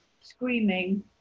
screaming